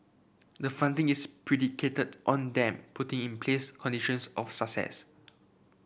the funding is predicated on them putting in place conditions of